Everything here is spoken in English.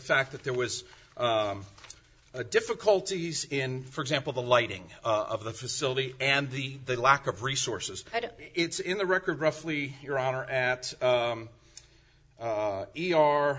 fact that there was a difficulties in for example the lighting of the facility and the they lack of resources it's in the record roughly your honor at